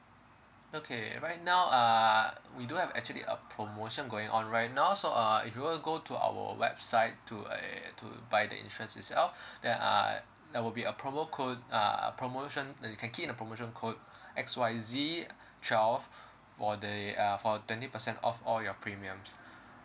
okay right now uh we do have actually a promotion going on right now so uh if you were to go to our website to uh to buy the insurance itself then uh there will be a promo code uh promotion then you can key in the promotion code X Y Z twelve for the uh for twenty percent off all your premiums